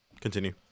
Continue